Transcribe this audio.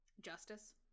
Justice